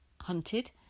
hunted